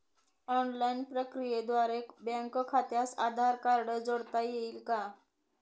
Online प्रक्रियेद्वारे bank खात्यास Aadhaar card जोडता येईल का?